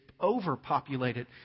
overpopulated